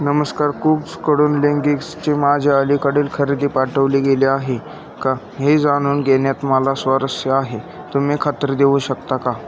नमस्कार कूब्सकडून लिंगिक्सचे माझी अलीकडील खरेदी पाठवली गेले आहे का हे जाणून घेण्यात मला स्वारस्य आहे तुम्ही खात्री देऊ शकता का